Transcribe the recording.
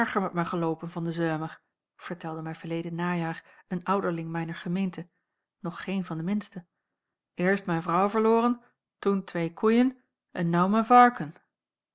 mij geloopen van den zeumer vertelde mij verleden najaar een ouderling mijner gemeente nog geen van de minsten eerst mijn vrouw verloren toen twee koeien en nou mijn varken